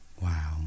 wow